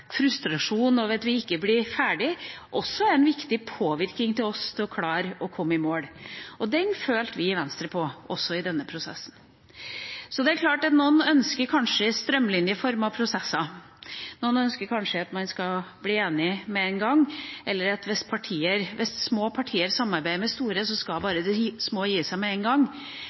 frustrasjonen over at vi ikke blir ferdige, også er en viktig påvirkning på oss for å klare å komme i mål. Og den følte vi i Venstre på også i denne prosessen. Det er klart at noen kanskje ønsker strømlinjeformede prosesser. Noen ønsker kanskje at man skal bli enige med en gang, eller at hvis små partier samarbeider med store, så skal de små bare gi seg med en gang.